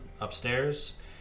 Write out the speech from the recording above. Upstairs